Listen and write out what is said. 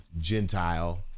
Gentile